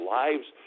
lives